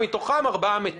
ומתוכם 4 מתים.